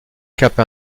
cape